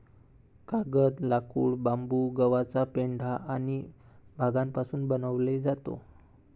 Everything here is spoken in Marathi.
कागद, लाकूड, बांबू, गव्हाचा पेंढा आणि भांगापासून बनवले जातो